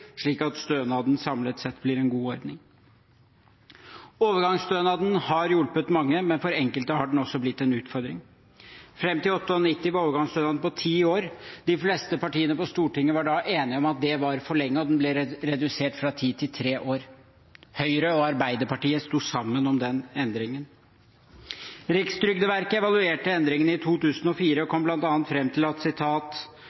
slik at stønaden samlet sett blir en god ordning. Overgangsstønaden har hjulpet mange, men for enkelte har den også blitt en utfordring. Fram til 1998 var overgangsstønaden på ti år. De fleste partiene på Stortinget var da enige om at det var for lenge, og den ble redusert fra ti til tre år. Høyre og Arbeiderpartiet sto sammen om den endringen. Rikstrygdeverket evaluerte endringen i 2004 og kom bl.a. fram til: «For gruppen med marginal tilknytning til arbeidslivet innebar det å miste overgangsstønaden at